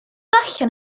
allan